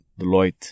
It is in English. Deloitte